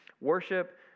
Worship